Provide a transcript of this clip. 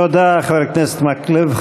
תודה, חבר הכנסת מקלב.